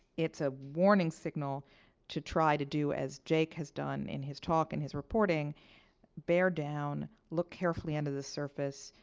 it's a warning signal to try to do, as jake has done in his talk and his reporting bear down. look carefully under the surface.